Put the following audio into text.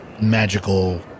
magical